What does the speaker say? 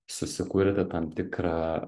susikurti tam tikrą